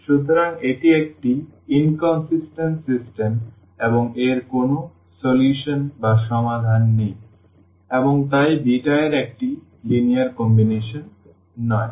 সুতরাং এটি একটি অসামঞ্জস্যপূর্ণ সিস্টেম এবং এর কোনও সমাধান নেই এবং তাই বিটা এর একটি লিনিয়ার কম্বিনেশন নয়